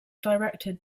directed